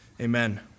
amen